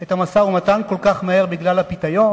את המשא-ומתן כל כך מהר בגלל הפיתיון,